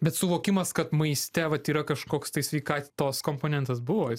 bet suvokimas kad maiste vat yra kažkoks tai sveikatos komponentas buvo jis